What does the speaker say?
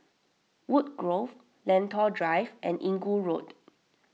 Woodgrove Lentor Drive and Inggu Road